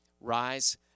rise